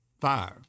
fire